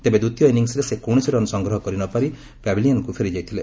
ତେବେ ଦ୍ୱିତୀୟ ଇନିଂସ୍ରେ ସେ କୌରସି ରନ୍ ସଂଗ୍ରହ କରି ନପାରି ପାଭିଲିୟନ୍କୁ ଫେରିଯାଇଥିଲେ